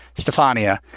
Stefania